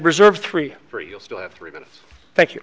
reserved three for you still have three minutes thank you